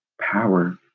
power